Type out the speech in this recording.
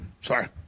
Sorry